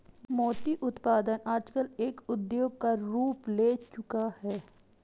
मोती उत्पादन आजकल एक उद्योग का रूप ले चूका है